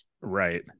right